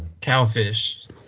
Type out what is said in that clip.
Cowfish